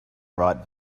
right